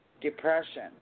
depression